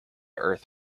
earth